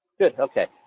good, okay,